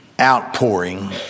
outpouring